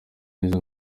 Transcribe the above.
neza